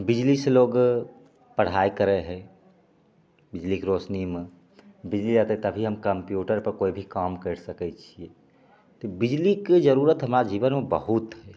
बिजलीसे लोग पढ़ाइ करै हइ बिजलीके रोशनीमे बिजली रहतै तभी कम्प्यूटरपर कोइभी काम कैर सकै छियै तऽ बिजलीके जरूरत हमरा जीवनमे बहुत हइ